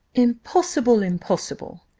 impossible! impossible!